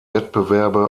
wettbewerbe